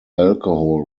alcohol